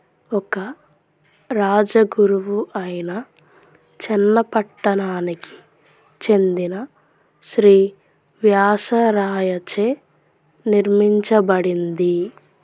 ఒక రాజ గురువు అయిన చెన్న పట్టణానికి చెందిన శ్రీ వ్యాసరాయచే నిర్మించబడింది